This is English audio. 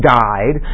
died